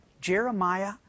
Jeremiah